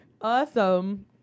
Awesome